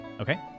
Okay